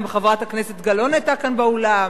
גם חברת הכנסת גלאון היתה כאן באולם,